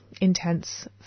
intense